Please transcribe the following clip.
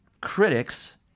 critics